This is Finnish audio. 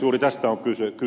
juuri tästä on kyse